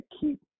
keep